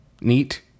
neat